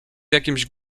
jakimś